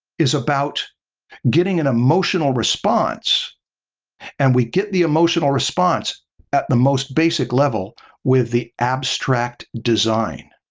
is about getting an emotional response and we get the emotional response at the most basic level with the abstract design.